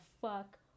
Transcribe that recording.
fuck